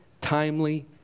timely